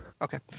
Okay